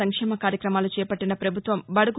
సంక్షేమ కార్యక్రమాలు చేపట్టిన ప్రభుత్వం బడుగు